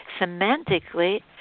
semantically